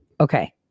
Okay